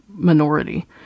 minority